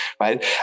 right